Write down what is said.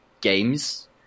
games